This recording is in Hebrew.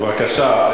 בבקשה,